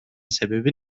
sebebi